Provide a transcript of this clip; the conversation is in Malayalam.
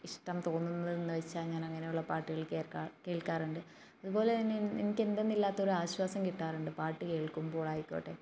ഇഷ്ടം തോന്നുന്നത് എന്നു വെച്ചാൽ ഞാൻ അങ്ങനെയുള്ള പാട്ടുകൾ കേൾക്കാ കേൾക്കാറുണ്ട് അതുപോലെ തന്നെ എനിക്ക് എന്തെന്നില്ലാത്ത ഒരാശ്വാസം കിട്ടാറുണ്ട് പാട്ട് കേൾക്കുമ്പോളായിക്കോട്ടെ